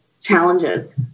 challenges